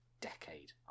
decade